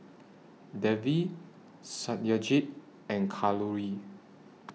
Devi Satyajit and Kalluri